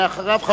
ואחריו,